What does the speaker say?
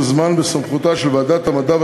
זמן בסמכותה של ועדת המדע והטכנולוגיה,